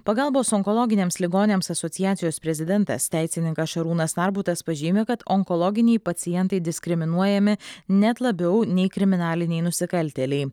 pagalbos onkologiniams ligoniams asociacijos prezidentas teisininkas šarūnas narbutas pažymi kad onkologiniai pacientai diskriminuojami net labiau nei kriminaliniai nusikaltėliai